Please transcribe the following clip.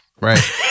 Right